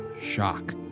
shock